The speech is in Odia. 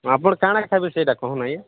ଆପଣ କାଣା ଖାଇବେ ସେଇଟା କହୁ ନାଇଁ